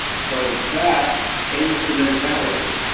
so that changed the mentality,